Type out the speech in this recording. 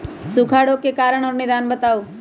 सूखा रोग के कारण और निदान बताऊ?